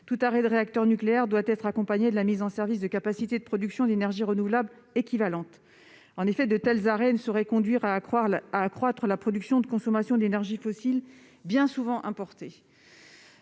tout arrêt de réacteur nucléaire doit s'accompagner de la mise en service de capacités de production d'énergies renouvelables équivalentes. Ces arrêts ne sauraient en effet conduire à accroître la production et la consommation d'énergies fossiles, bien souvent importées.